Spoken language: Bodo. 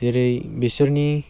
जेरै बेसोरनि